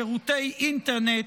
שירותי אינטרנט,